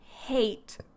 hate